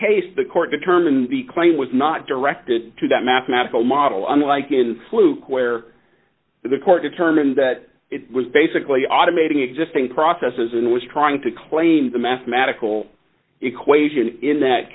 case the court determined the claim was not directed to that mathematical model unlike in fluke where the court determined that it was basically automating existing processes and was trying to claim the mathematical equation in that